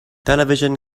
television